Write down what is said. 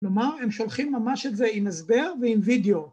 ‫כלומר, הם שולחים ממש את זה ‫עם הסבר ועם וידאו.